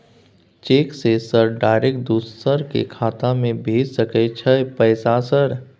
Cheque से sir direct दूसरा के खाता में भेज सके छै पैसा सर?